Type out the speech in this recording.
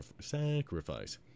sacrifice